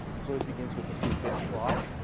this always begins with the three-fifths clause.